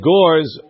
gores